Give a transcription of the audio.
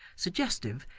suggestive,